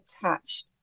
attached